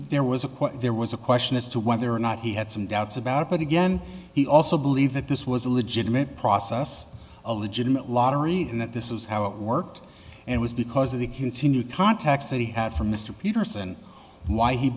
there was a quote there was a question as to whether or not he had some doubts about it but again he also believed that this was a legitimate process a legitimate lottery and that this is how it worked and was because of the continued contacts that he had from mr peterson why he